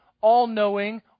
all-knowing